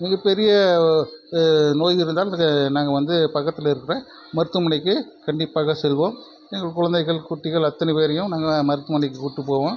மிகப் பெரிய நோய் இருந்தால் மிக நாங்கள் வந்து பக்கத்தில் இருக்கிற மருத்துவமனைக்கு கண்டிப்பாக செல்வோம் எங்கள் குழந்தைகள் குட்டிகள் அத்தனை பேரையும் நாங்கள் மருத்துவமனைக்கு கூட்டு போவோம்